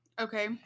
Okay